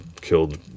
killed